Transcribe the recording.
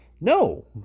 No